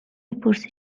میپرسی